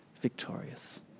victorious